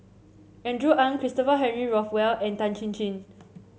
Andrew Ang Christopher Henry Rothwell and Tan Chin Chin